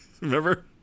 Remember